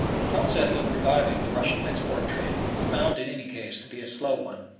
the process of reviving the russian export trade is bound in any case to be a slow one.